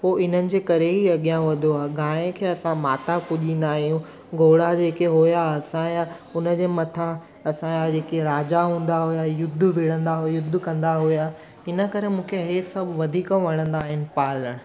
हो इन्हनि जे करे ई अॻियां वधो आहे गांइ खे असां माता पूॼींदा आहियूं घोड़ा जेके हुया असां उन जे मथां असांजा जेके राजा हूंदा हुया युद्ध विड़ंदा हुया युद्ध कंदा हुया इन करे मूंखे हे सभु वधीक वणंदा आहिनि पालणु